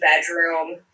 bedroom